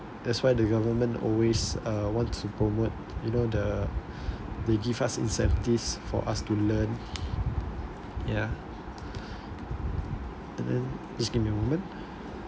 that's why the government always uh want to promote you know the they give us incentives for us to learn ya and then just give me a moment